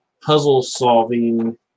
puzzle-solving